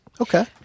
Okay